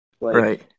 Right